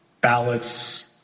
Ballots